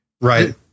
Right